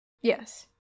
Yes